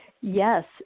Yes